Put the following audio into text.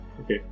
Okay